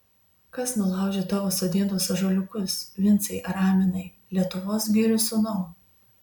kas nulaužė tavo sodintus ąžuoliukus vincai araminai lietuvos girių sūnau